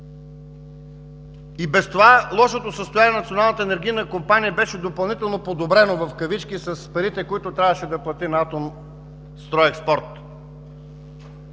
И без това лошото състояние на Националната електрическа компания беше допълнително „подобрена“ с парите, които трябваше да плати на „Атомстройекспорт“.